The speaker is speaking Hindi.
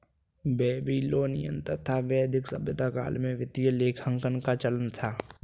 बेबीलोनियन तथा वैदिक सभ्यता काल में वित्तीय लेखांकन का चलन था